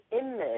image